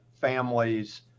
families